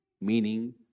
Meaning